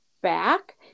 back